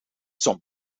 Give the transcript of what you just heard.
some